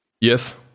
Yes